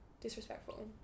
disrespectful